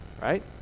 Right